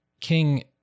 King